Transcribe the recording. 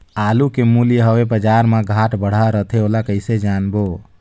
आलू के मूल्य हवे बजार मा घाट बढ़ा रथे ओला कइसे जानबो?